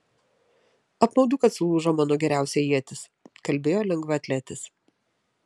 apmaudu kad sulūžo mano geriausia ietis kalbėjo lengvaatletis